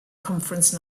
conference